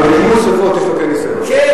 אבל בכיבוי שרפות יש לו כן ניסיון.